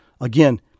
again